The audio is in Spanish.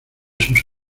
sus